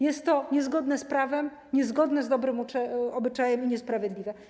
Jest to niezgodne z prawem, niezgodne z dobrym obyczajem i niesprawiedliwe.